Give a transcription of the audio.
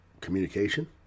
communication